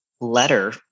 letter